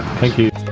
thank you.